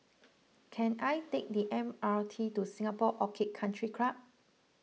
can I take the M R T to Singapore Orchid Country Club